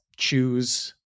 choose